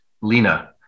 Lena